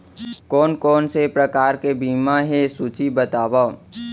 कोन कोन से प्रकार के बीमा हे सूची बतावव?